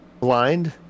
blind